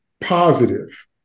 positive